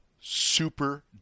super